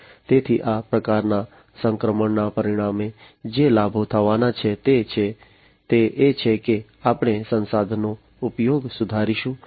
તેથી આ પ્રકારના સંક્રમણના પરિણામે જે લાભો થવાના છે તે એ છે કે આપણે સંસાધનનો ઉપયોગ સુધારીશું